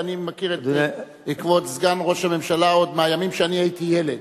ואני מכיר את כבוד סגן ראש הממשלה עוד מהימים שאני הייתי ילד.